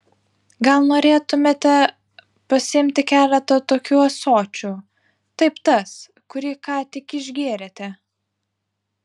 gal norėtumėte pasiimti keletą tokių ąsočių taip tas kurį ką tik išgėrėte